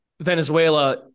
Venezuela